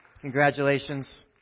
Congratulations